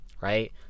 Right